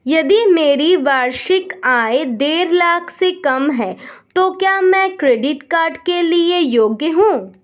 यदि मेरी वार्षिक आय देढ़ लाख से कम है तो क्या मैं क्रेडिट कार्ड के लिए योग्य हूँ?